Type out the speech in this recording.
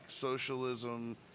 socialism